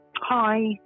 Hi